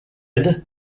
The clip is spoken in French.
red